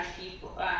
people